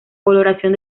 coloración